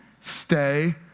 Stay